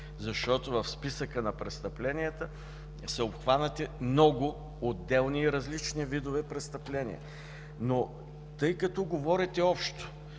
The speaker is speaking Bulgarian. защото в списъка на престъпленията са обхванати много отделни и различни видове престъпления, но тъй като говорите общо,